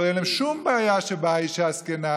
שלא תהיה להם שום בעיה שבאה אישה זקנה